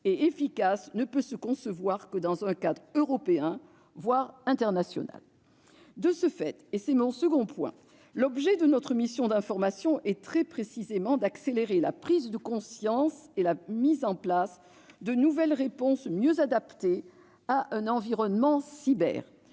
et efficace ne peut se concevoir que dans un cadre européen, voire international. De ce fait, et c'est mon second point, notre mission d'information a pour objet très précis d'accélérer la prise de conscience et la mise en place de nouvelles réponses mieux adaptées à l'environnement « cyber